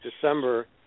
December